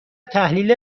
تحلیل